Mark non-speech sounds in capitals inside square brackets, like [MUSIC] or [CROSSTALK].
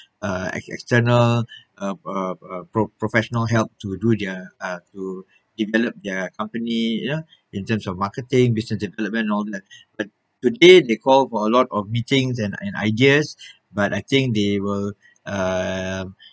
uh external uh uh a a prof~ professional help to do their uh to develop their company you know in terms of marketing business development and all that but the day they called for a lot of meetings and and ideas [BREATH] but I think they will uh